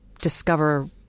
discover